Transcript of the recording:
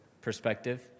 Perspective